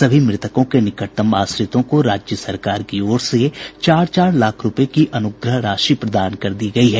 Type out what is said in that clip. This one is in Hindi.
सभी मृतकों के निकटतम आश्रितों को राज्य सरकार की ओर से चार चार लाख रूपये अनुग्रह राशि प्रदान कर दी गयी है